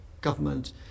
government